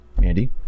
Mandy